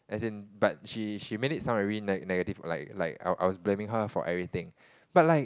as in but she she made it sound very ne~ negative like like I was blaming her for everything but like